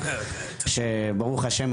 שברוך השם,